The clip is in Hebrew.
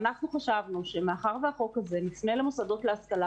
ואנחנו חשבנו שמאחר שהחוק הזה מפנה למוסדות להשכלה